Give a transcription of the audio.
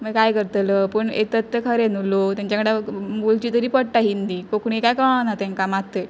मागीर कांय करतलो पूण येतत ते खरें न्हू लोक तेंच्या कडेन बोलची तरी पडटा हिंदी कोंकणी काय कळना तेंकां मातय